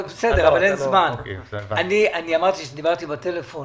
אני אמרתי שדיברתי בטלפון,